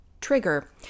trigger